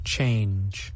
Change